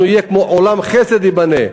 אנחנו נהיה כמו, "עולם חסד ייבנה".